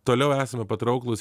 toliau esame patrauklūs